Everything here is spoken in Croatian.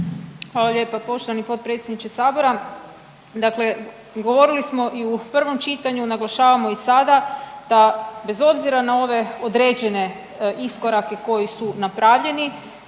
Hvala lijepa poštovani potpredsjedniče Sabora. Dakle govorili smo i u prvom čitanju, naglašavamo i sada da bez obzira na ove određene iskorake koji su napravljeni,